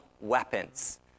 weapons